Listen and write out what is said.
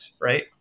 right